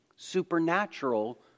supernatural